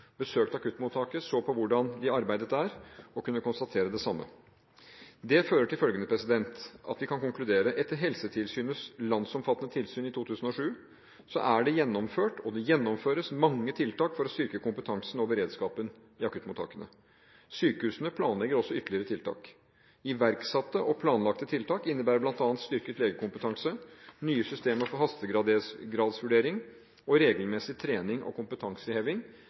akuttmottaket, så på hvordan de arbeidet der og kunne konstatere det samme. Det fører til at vi kan konkludere: Etter Helsetilsynets landsomfattende tilsyn i 2007 er det gjennomført – og det gjennomføres – mange tiltak for å styrke kompetansen og beredskapen i akuttmottakene. Sykehusene planlegger også ytterligere tiltak. Iverksatte og planlagte tiltak innebærer bl.a. styrket legekompetanse, nye systemer for hastegradsvurdering og regelmessig trening og kompetanseheving.